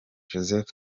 joseph